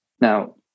Now